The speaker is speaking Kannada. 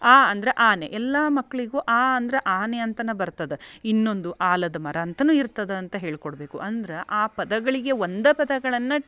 ಆ ಅಂದ್ರೆ ಆನೆ ಎಲ್ಲಾ ಮಕ್ಕಳಿಗೂ ಆ ಅಂದ್ರೆ ಆನೆ ಅಂತಾನೆ ಬರ್ತದ ಇನ್ನೊಂದು ಆಲದ ಮರ ಅಂತನು ಇರ್ತದ ಅಂತ ಹೇಳ್ಕೊಡಬೇಕು ಅಂದ್ರೆ ಆ ಪದಗಳಿಗೆ ಒಂದು ಪದಗಳನ್ನು